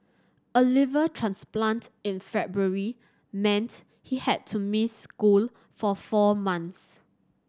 a liver transplant in February meant he had to miss school for four months